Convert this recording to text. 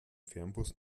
fernbus